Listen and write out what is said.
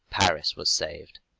paris was saved.